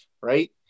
Right